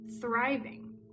thriving